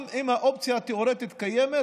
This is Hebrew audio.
גם אם האופציה התיאורטית קיימת,